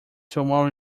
tomorrow